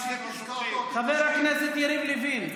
חבר הכנסת יריב לוין.